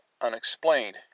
unexplained